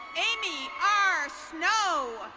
amy r snow.